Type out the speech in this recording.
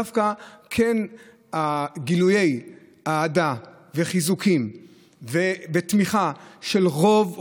דווקא כן גילויי אהדה וחיזוקים ותמיכה של רוב,